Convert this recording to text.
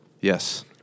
Yes